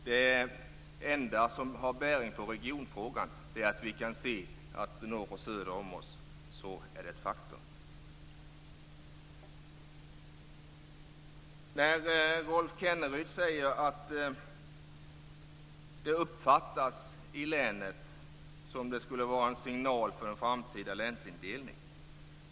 Det enda som har bäring på regionfrågan är att vi kan se att något söder om oss är det ett faktum. Rolf Kenneryd säger att detta uppfattas i länet som om det skulle vara en signal om en framtida länsindelning.